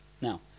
Now